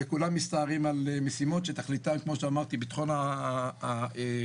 וכולם מסתערים על משימות שתכליתן ביטחון התושבים,